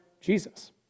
Jesus